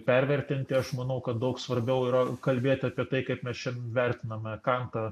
pervertinti aš manau kad daug svarbiau yra kalbėti apie tai kaip mes čia vertiname kantą